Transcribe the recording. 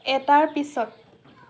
এটাৰ পিছত